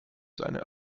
seine